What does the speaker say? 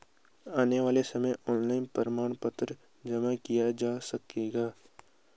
आने वाले समय में ऑनलाइन प्रमाण पत्र जमा किया जा सकेगा